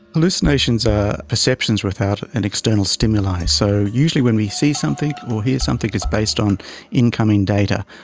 hallucinations are perceptions without an external stimuli. so usually when we see something or hear something, it's based on incoming data.